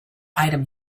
item